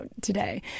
today